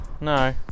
No